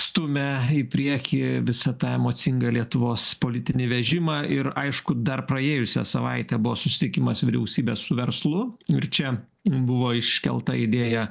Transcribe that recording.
stumia į priekį visą tą emocingą lietuvos politinį vežimą ir aišku dar praėjusią savaitę buvo susitikimas vyriausybė su verslu ir čia buvo iškelta idėja